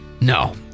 no